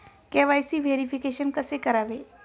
KYC verification कसे करावे?